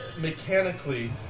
mechanically